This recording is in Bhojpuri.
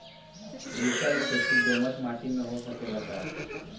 मिर्चा के खेती दोमट माटी में हो सकेला का?